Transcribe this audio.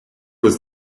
was